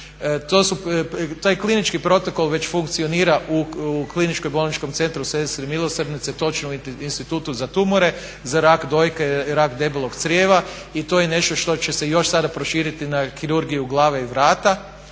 Taj klinički protokol već funkcionira u Kliničkom bolničkom centru Sestre Milosrdnice, točno u Institutu za tumore, za rak dojke, rak debelog crijeva i to je nešto što će se još sada proširiti na kirurgiju glave i vrata.